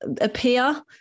appear